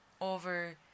over